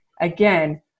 again